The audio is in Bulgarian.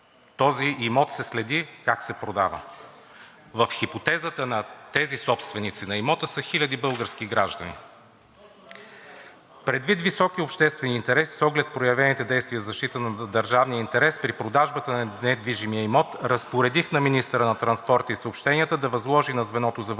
до момента се следи как се продава този имот. В хипотезата на тези собственици на имота са хиляди български граждани. Предвид високия обществен интерес и с оглед проявените действия за защита на държавния интерес при продажбата на недвижимия имот разпоредих на министъра на транспорта и съобщенията да възложи на звеното за вътрешен